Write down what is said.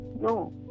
No